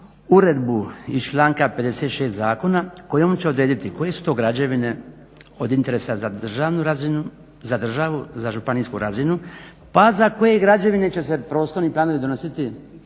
uredbu iz članka 56. Zakona kojom će odrediti koje su to građevine od interesa za državnu razinu, za državu, za županijsku razinu, pa za koje građevine će se prostorni planovi donositi